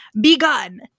begun